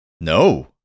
No